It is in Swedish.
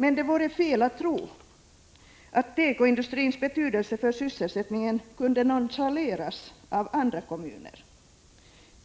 Men det vore fel att tro att tekoindustrins betydelse för sysselsättningen kan nonchaleras av andra kommuner.